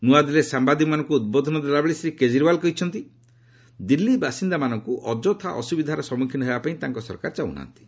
ନୂଆଦିଲ୍ଲୀରେ ସାମ୍ବାଦିକମାନଙ୍କୁ ଉଦ୍ବୋଧନ ଦେଲାବେଳେ ଶ୍ରୀ କେଜରିୱାଲ୍ କହିଛନ୍ତି ଦିଲ୍ଲୀ ବାସିନ୍ଦାମାନଙ୍କୁ ଅଯଥା ଅସୁବିଧାର ସମ୍ମୁଖୀନ ହେବାପାଇଁ ତାଙ୍କ ସରକାର ଚାହୁଁ ନାହାନ୍ତି